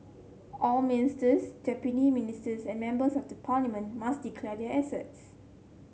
all ministers deputy ministers and members of the parliament must declare their assets